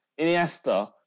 Iniesta